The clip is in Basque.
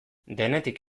denetik